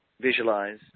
visualize